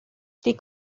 die